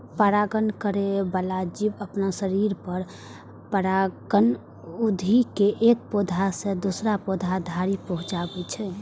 परागण करै बला जीव अपना शरीर पर परागकण उघि के एक पौधा सं दोसर पौधा धरि पहुंचाबै छै